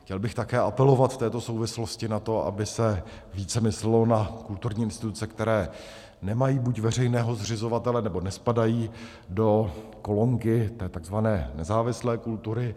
Chtěl bych také apelovat v této souvislosti na to, aby se více myslelo na kulturní instituce, které nemají buď veřejného zřizovatele, nebo nespadají do kolonky té tzv. nezávislé kultury.